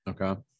okay